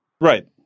Right